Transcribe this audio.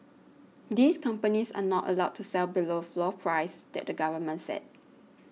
these companies are not allowed to sell below the floor prices that the government set